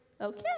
okay